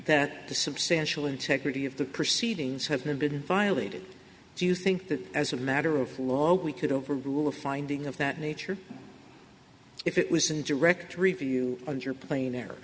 that the substantial integrity of the proceedings have been violated do you think that as a matter of law we could overrule a finding of that nature if it was in direct review underplaying the